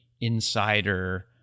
insider